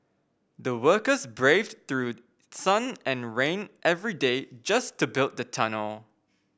the workers braved through sun and rain every day just to build the tunnel